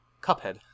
Cuphead